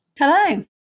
Hello